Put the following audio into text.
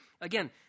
again